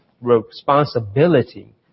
responsibility